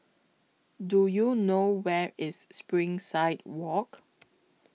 Do YOU know Where IS Springside Walk